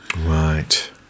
right